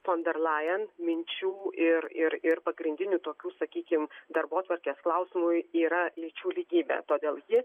fon der lajen minčių ir ir ir pagrindinių tokių sakykim darbotvarkės klausimų yra lyčių lygybė todėl ji